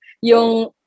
yung